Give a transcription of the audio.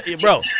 Bro